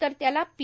तर त्याला पी